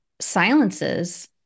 silences